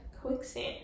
quicksand